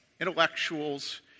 intellectuals